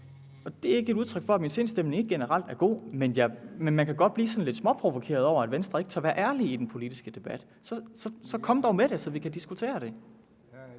Det er ikke udtryk for, at min sindsstemning generelt ikke er god, men man kan godt blive sådan lidt småprovokeret over, at Venstre ikke tør være ærlige i den politiske debat. Så jeg vil sige, at man skal komme med det, så vi kan diskutere det.